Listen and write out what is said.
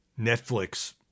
Netflix